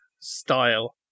style